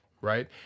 right